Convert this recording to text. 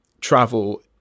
travel